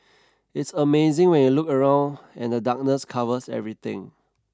it's amazing when you look around and the darkness covers everything